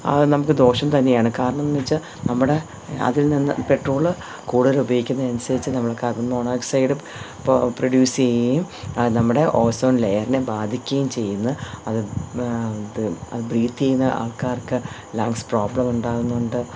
അതു നമുക്ക് ദോഷം തന്നെയാണ് കാരണം എന്നു വെച്ചാൽ നമ്മുടെ അതിൽ നിന്ന് പെട്രോൾ കൂടുതലുപയോഗിക്കുന്നത് അനുസരിച്ച് നമ്മൾക്കതിൽ നിന്ന് കാർബൺ മോണോക്സൈഡും പ്രൊഡ്യൂസ് ചെയ്യുകയും അത് നമ്മുടെ ഓസോൺ ലയറിനെ ബാധിക്കുകയും ചെയ്യുന്നു അത് ഇത് അത് ബ്രീത്ത് ചെയ്യുന്ന ആൾക്കാർക്ക് ലങ്സ് പ്രോബ്ലം ഉണ്ടാകുന്നുണ്ട്